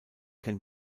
can